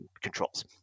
controls